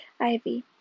Ivy